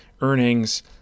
earnings